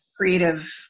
creative